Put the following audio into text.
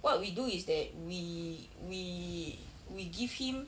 what we do is that we we we give him